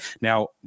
Now